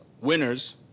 winners